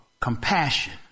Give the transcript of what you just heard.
compassion